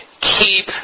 Keep